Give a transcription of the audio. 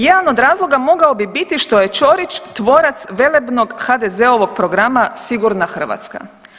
Jedan od razloga mogao bi biti što je Ćorić tvorac velebnog HDZ-ovog programa sigurna Hrvatska.